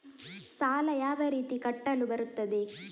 ಸಾಲ ಯಾವ ರೀತಿ ಕಟ್ಟಲು ಬರುತ್ತದೆ?